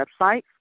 website